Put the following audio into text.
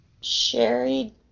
Sherry